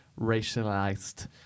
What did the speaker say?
racialized